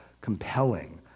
compelling